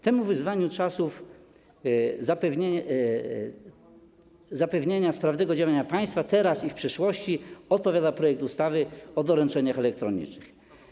Temu wyzwaniu czasów, jakim jest zapewnienie sprawnego działania państwa teraz i w przyszłości, odpowiada projekt ustawy o doręczeniach elektronicznych.